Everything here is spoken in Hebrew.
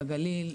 בגליל,